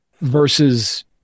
versus